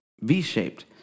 V-shaped